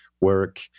work